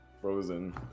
frozen